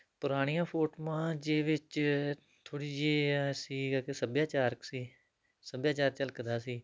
ਪੁਰਾਣੀਆਂ ਫੋਟੋਆਂ ਜੇ ਵਿੱਚ ਥੋੜ੍ਹੀ ਜਿਹੀ ਸੀਗਾ ਕਿ ਸੱਭਿਆਚਾਰਕ ਸੀ ਸੱਭਿਆਚਾਰ ਝਲਕਦਾ ਸੀ